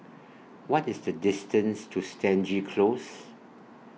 What IS The distance to Stangee Close